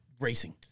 racing